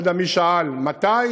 אני לא יודע מי שאל מתי